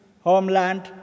homeland